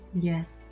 Yes